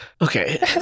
Okay